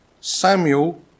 Samuel